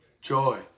joy